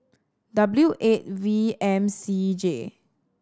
W eight V M C J